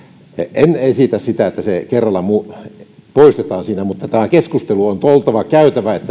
en esitä sitä että se kerralla poistetaan mutta on käytävä